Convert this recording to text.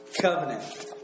covenant